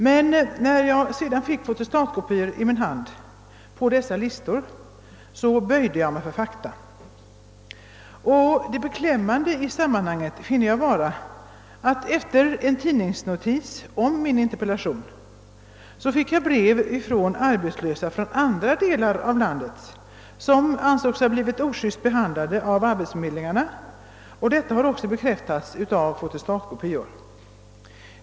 Men när jag sedan fick fotostatkopior i min hand av dessa listor, böjde jag mig för fakta. Och beklämmande i sammanhanget finner jag vara att efter en tidningsnotis om min interpellation fick jag brev från arbetslösa från andra delar av landet, som ansåg sig ha blivit ojust behandlade av arbetsförmedlingarna. Detta har också bekräftats av fotostatkopior.